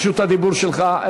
רשות הדיבור שלך.